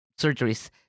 surgeries